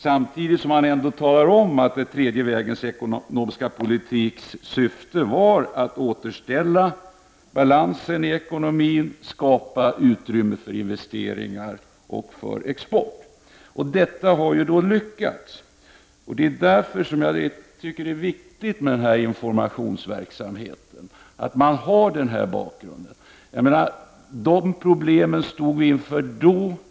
Samtidigt talar man om att syftet med den tredje vägens politik var att återställa balansen i ekonomin och skapa utrymme för investeringar och export. Detta har lyckats. Det är viktigt att man har den här bakgrunden klar för sig. De problemen stod vi inför då.